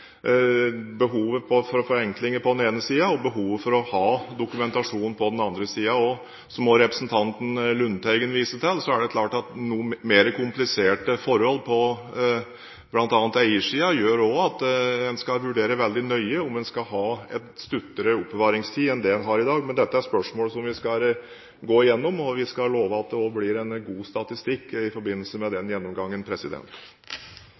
behovet for forenklinger på den ene siden og behovet for å ha dokumentasjon på den andre siden. Som også representanten Lundteigen viste til, er det klart at noen mer kompliserte forhold på bl.a. eiersiden gjør at en skal vurdere veldig nøye om en skal ha en stuttere oppbevaringstid enn det en har i dag. Men dette er spørsmål som vi skal gå gjennom, og vi skal love at det også blir en god statistikk i forbindelse med